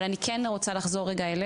אבל אני כן רוצה רגע לחזור אליך.